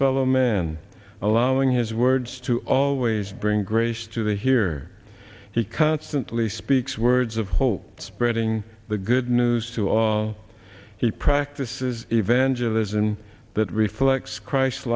fellow man allowing his words to always bring grace to the here he constantly speaks words of hope spreading the good news to all he practices evangelists and that reflects christ